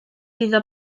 iddo